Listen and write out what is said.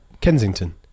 Kensington